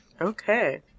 Okay